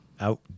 Out